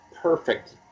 perfect